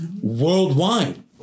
worldwide